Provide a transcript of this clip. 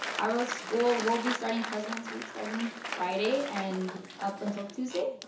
our ah school will be starting president's week starting friday and up until tuesday.